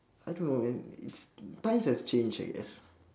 I don't know man it's times have changed I guess